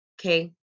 Okay